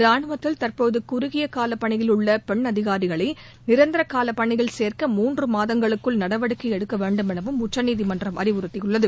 ராணுவத்தில் தற்போது குறுகிய கால பணியில் உள்ள பெண் அதிகாரிகளை நிரந்தர கால பணியில் சேர்க்க மாதங்களுக்குள் நடவடிக்கை எடுக்க வேண்டும் எனவும் உச்சநீதிமன்றம் அறிவுறுத்தியுள்ளது